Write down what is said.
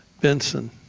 Benson